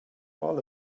all